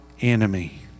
enemy